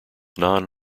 non